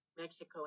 Mexico